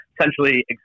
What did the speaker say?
essentially